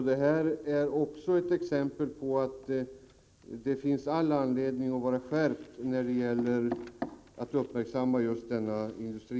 Det är också ett exempel på att det finns all anledning att vara skärpt när det gäller att uppmärksamma just denna industri.